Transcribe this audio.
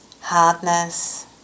hardness